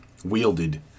wielded